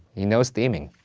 he knows theming.